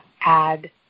add